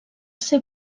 ser